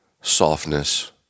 softness